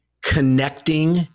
connecting